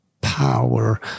power